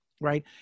right